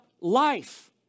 life